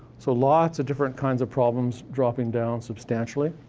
so lots of different kinds of problems dropping down substantially.